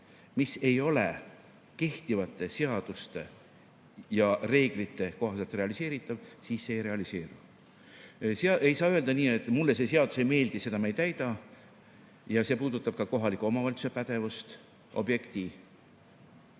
mis ei ole kehtivate seaduste ja reeglite kohaselt realiseeritav, siis see ei realiseeru. Ei saa öelda, et mulle see seadus ei meeldi, seda me ei täida. See puudutab ka kohaliku omavalitsuse pädevust, objekti